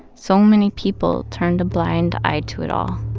so many people turned a blind eye to it all.